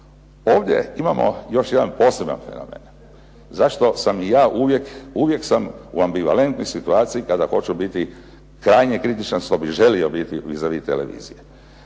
Ovdje imamo još jedan poseban fenomen. Zašto sam ja uvijek, uvijek sam u ambivalentnoj situaciji kada hoću biti krajnje kritičan što bih želio biti vis a vis televizije?